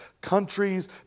countries